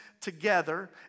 together